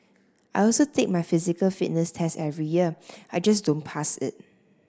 I also take my physical fitness test every year I just don't pass it